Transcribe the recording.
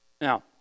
Now